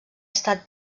estat